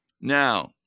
Now